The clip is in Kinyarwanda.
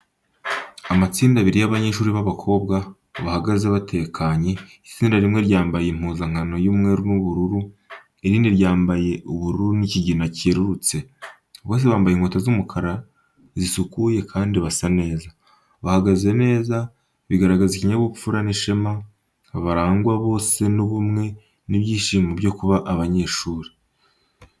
Amatsinda abiri y’abanyeshuri b’abakobwa, bahagaze batekanye, itsinda rimwe ryambaye impuzankano y’umweru n’ubururu, irindi ryambaye ubururu n’ikigina cyerurutse. Bose bambaye inkweto z’umukara zisukuye kandi basa neza. Bahagaze neza, bigaragaza ikinyabupfura n’ishema, barangwa bose n’ubumwe n’ibyishimo byo kuba abanyeshuri.